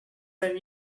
ten